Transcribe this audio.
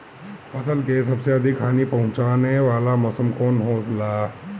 फसल के सबसे अधिक हानि पहुंचाने वाला मौसम कौन हो ला?